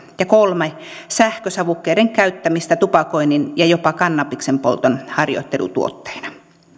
ja kolmanneksi sähkösavukkeiden käyttämistä tupakoinnin ja jopa kannabiksen polton harjoittelutuotteena